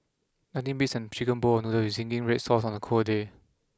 nothing beats an chicken bowl of noodles with zingy Red Sauce on a cold day